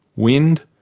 wind,